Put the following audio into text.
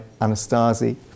Anastasi